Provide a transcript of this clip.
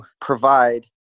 provide